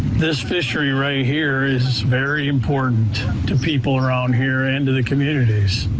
this fishery right here is very important to people around here and to the communities.